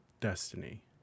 destiny